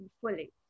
fully